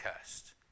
cursed